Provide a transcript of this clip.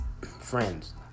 friends